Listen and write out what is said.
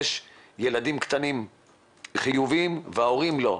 יש ילדים קטנים חיוביים וההורים לא.